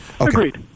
Agreed